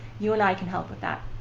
you and i can help with that.